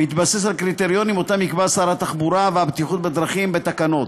בהתבסס על קריטריונים שיקבע שר התחבורה והבטיחות בדרכים בתקנות.